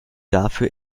dafür